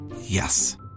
Yes